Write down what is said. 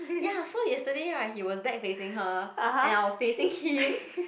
ya so yesterday right he was back facing her and I was facing him